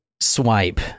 swipe